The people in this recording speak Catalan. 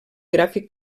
gràfic